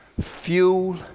Fuel